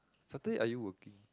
Saturday are you working